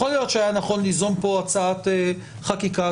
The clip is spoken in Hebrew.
שצריך ליזום פה הצעת חקיקה,